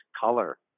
color